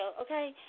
Okay